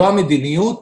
זו המדיניות.